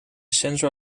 sensor